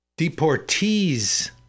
deportees